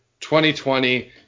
2020